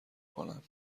کنم